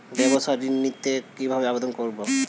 ব্যাবসা ঋণ নিতে কিভাবে আবেদন করব?